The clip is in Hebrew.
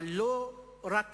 אבל לא רק